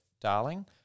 Darling